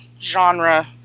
genre